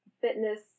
fitness